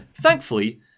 Thankfully